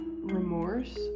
remorse